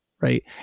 Right